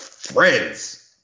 friends